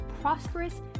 prosperous